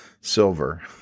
silver